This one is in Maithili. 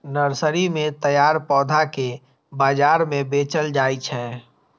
नर्सरी मे तैयार पौधा कें बाजार मे बेचल जाइ छै